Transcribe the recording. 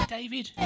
David